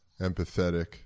empathetic